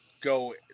go